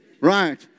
Right